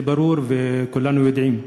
זה ברור וכולנו יודעים.